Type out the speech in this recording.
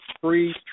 free